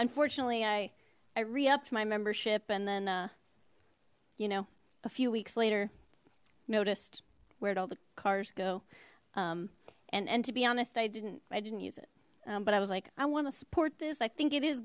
unfortunately i i reached my membership and then you know a few weeks later noticed where'd all the cars go and and to be honest i didn't i didn't use it but i was like i want to support this i think it is